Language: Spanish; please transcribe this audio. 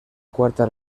cuarta